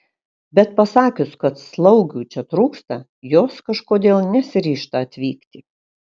bet pasakius kad slaugių čia trūksta jos kažkodėl nesiryžta atvykti